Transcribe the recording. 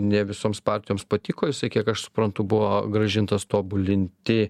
ne visoms partijoms patiko jisai kiek aš suprantu buvo grąžintas tobulinti